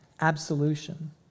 absolution